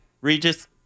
Regis